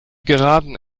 geraden